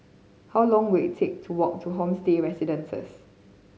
how long will it take to walk to Homestay Residences